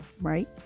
right